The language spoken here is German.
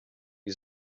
die